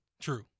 True